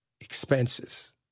expenses